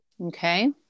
Okay